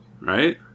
right